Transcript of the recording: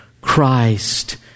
Christ